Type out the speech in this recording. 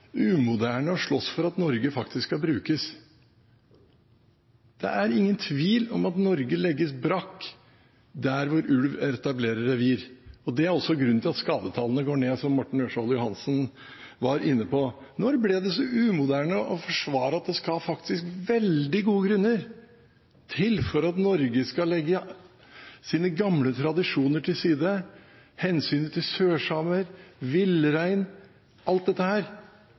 er ingen tvil om at Norge legges brakk der ulv etablerer revir. Det er også grunnen til at skadetallene går ned, som Morten Ørsal Johansen var inne på. Når ble det så umoderne å forsvare at det faktisk skal veldig gode grunner til for at Norge skal legge sine gamle tradisjoner til side – hensynet til sørsamer, til villrein og alt dette?